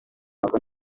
makuru